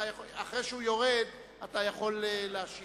אחרי שהוא יורד, אתה יכול להשיב.